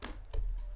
מקבלים.